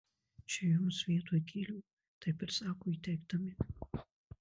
čia jums vietoj gėlių taip ir sako įteikdami